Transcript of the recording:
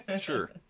sure